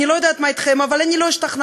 אני לא יודעת מה אתכם, אבל אני לא השתכנעתי.